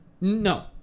No